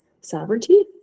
sovereignty